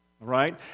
right